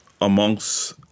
amongst